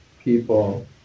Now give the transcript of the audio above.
people